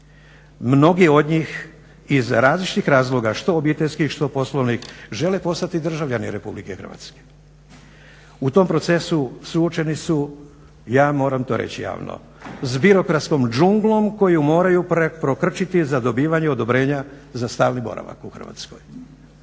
Mnogi od njih iz različitih razloga, što obiteljskih, što poslovnih, žele postati državljani Republike Hrvatske. U tom procesu suočeni su, ja moram to reći javno, s birokratskom džunglom koju moraju prokrčiti za dobivanje odobrenja za stalni boravak u Hrvatskoj,